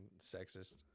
sexist